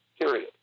period